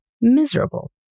miserable